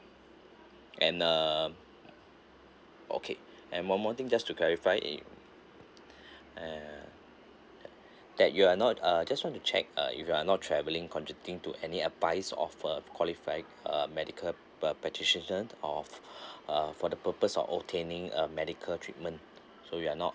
an uh okay and one more thing just to clarify it uh that you are not uh just want to check uh if you are not travelling contradicting to any advice of a qualified uh medical per practitions of uh for the purpose of obtaining a medical treatment so you are not